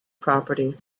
property